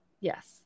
yes